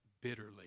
bitterly